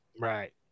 right